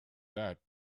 that